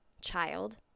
child